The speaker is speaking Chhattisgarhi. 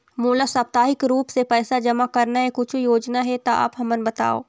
मोला साप्ताहिक रूप से पैसा जमा करना हे, कुछू योजना हे त आप हमन बताव?